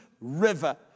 river